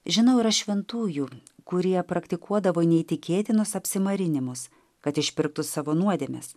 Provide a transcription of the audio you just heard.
žinau yra šventųjų kurie praktikuodavo neįtikėtinus apsimarinimus kad išpirktų savo nuodėmes